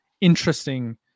interesting